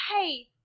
hey